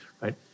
right